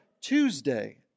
Tuesday